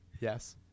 Yes